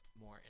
more